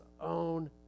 own